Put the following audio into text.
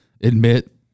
admit